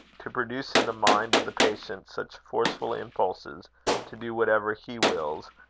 to produce in the mind of the patient such forceful impulses to do whatever he wills,